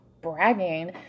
bragging